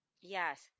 Yes